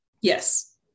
Yes